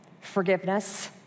forgiveness